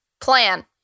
Plan